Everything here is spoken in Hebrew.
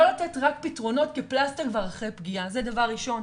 לא לראות רק פתרונות כפלסטר ואחרי פגיעה .זה דבר ראשון.